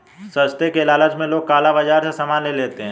सस्ते के लालच में लोग काला बाजार से सामान ले लेते हैं